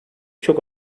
çok